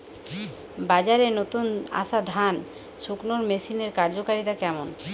বাজারে নতুন আসা ধান শুকনোর মেশিনের কার্যকারিতা কেমন?